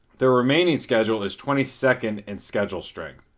their remaining schedule is twenty second in schedule strength.